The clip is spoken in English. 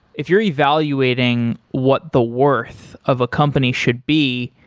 if you're evaluating what the worth of a company should be,